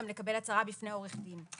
גם לקבל הצהרה בפני עורך דין.